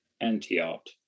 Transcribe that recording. anti-art